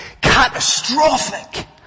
catastrophic